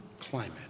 climate